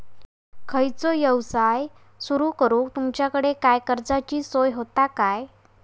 खयचो यवसाय सुरू करूक तुमच्याकडे काय कर्जाची सोय होता काय?